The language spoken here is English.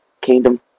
Kingdom